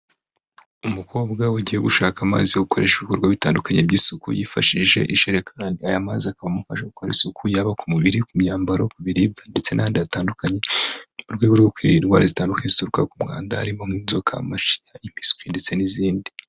Umukobwa ugiye gushaka amazi yo gukoresha ibikorwa bitandukanye by'isuku, yifashishije ijereka. Aya mazi akaba amufasha gukora isuku , yaba ku mubiri, ku myambaro, ku biribwa ndetse n' ahandi hatandukanye, mu rwego rwo kwirinda indwara zitandukanye zituruka ku mwanda, harimo nk'inzoka macinya impiswi ndetse n'izindi.